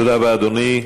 תודה רבה, אדוני.